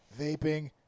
vaping